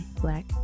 black